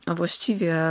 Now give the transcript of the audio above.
właściwie